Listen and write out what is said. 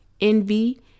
envy